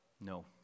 No